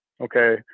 Okay